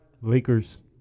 Lakers